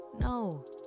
No